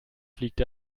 fliegt